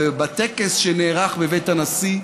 בטקס שנערך בבית הנשיא,